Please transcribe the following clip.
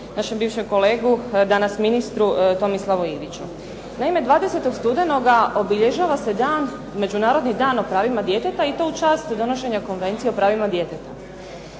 našem bivšem kolegi a danas ministru Tomislavu Iviću. Naime, 20. studenoga obilježava se Međunarodni dan o pravima djeteta i to u čas donošenja Konvencije o pravima djeteta.